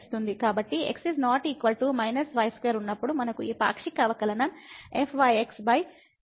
కాబట్టి x ≠ −y2 ఉన్నప్పుడు మనకు ఈ పాక్షిక అవకలనం fyx x y ఉంది